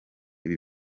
ibi